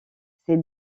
ces